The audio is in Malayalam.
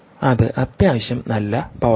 അത് അത്യാവശ്യം നല്ല പവർ ആണ്